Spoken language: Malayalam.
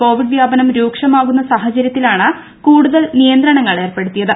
കോവിഡ് വ്യാപനം രൂക്ഷമാകുന്ന സാഹചര്യത്തിലാണ് കൂടുതൽ നിയന്ത്രണങ്ങൾ ഏർപ്പെടുത്തിയത്